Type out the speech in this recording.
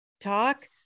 talk